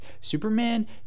Superman